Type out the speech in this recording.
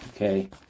Okay